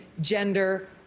gender